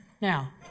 Now